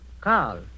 Carl